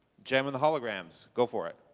jem and the holograms, go for it.